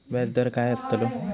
व्याज दर काय आस्तलो?